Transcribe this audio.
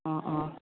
অঁ অঁ